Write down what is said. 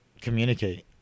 communicate